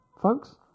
folks